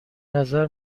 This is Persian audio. نظر